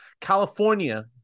California